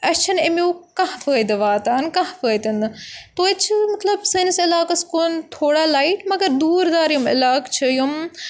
اَسہِ چھَنہٕ اَمیُک کانٛہہ فٲیدٕ واتان کانٛہہ فٲیدٕ نہٕ توتہِ چھِ مطلب سٲنِس علاقَس کُن تھوڑا لایِٹ مگر دوٗر دار یِم علاقہٕ چھِ یِم